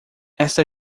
esta